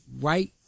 right